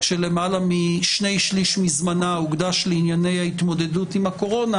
כשלמעלה משני שליש מזמנה הוקדש לענייני ההתמודדות עם הקורונה